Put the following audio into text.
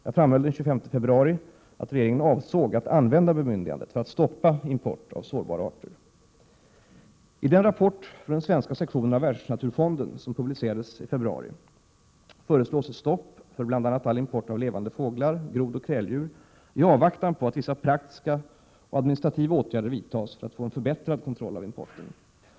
Jag framhöll den 25 februari att regeringen avsåg att använda bemyndigandet för att stoppa import av sårbara arter. I den rapport från den svenska sektionen av Världsnaturfonden som publicerades i februari föreslås ett stopp för bl.a. all import av levande fåglar, grodoch kräldjur i avvaktan på att vissa praktiska och administrativa åtgärder vidtas för att få en förbättrad kontroll av importen.